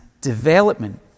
development